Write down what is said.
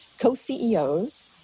co-CEOs